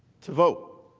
to vote